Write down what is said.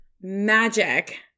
magic